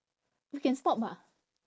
you can stop ah